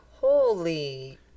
holy